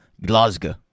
Glasgow